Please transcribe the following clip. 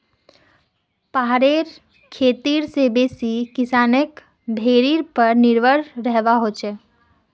पहाड़ी खेती स बेसी किसानक भेड़ीर पर निर्भर रहबा हछेक